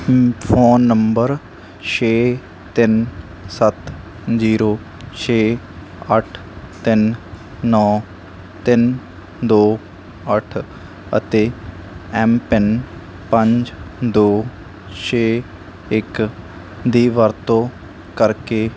phone number ਛੇ ਤਿੰਨ ਸੱਤ ਜ਼ੀਰੋ ਛੇ ਅੱਠ ਤਿੰਨ ਨੌਂ ਤਿੰਨ ਦੋ ਅੱਠ ਅਤੇ ਐਮ ਪਿਨ ਪੰਜ ਦੋ ਛੇ ਇੱਕ ਦੀ ਵਰਤੋਂ ਕਰਕੇ